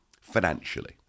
financially